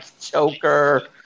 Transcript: choker